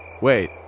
Wait